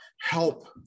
help